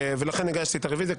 לכן הגשתי את הרביזיה,